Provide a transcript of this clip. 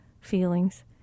feelings